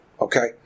Okay